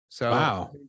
Wow